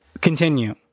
Continue